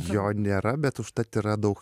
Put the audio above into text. jo nėra bet užtat yra daug